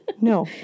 No